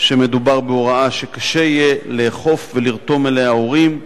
שמדובר בהוראה שקשה יהיה לאכוף ולרתום אליה הורים במדינה.